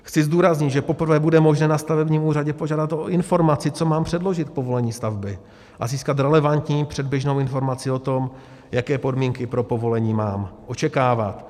Chci zdůraznit, že poprvé bude možné na stavebním úřadě požádat o informaci, co mám předložit k povolení stavby, a získat relevantní předběžnou informaci o tom, jaké podmínky pro povolení mám očekávat.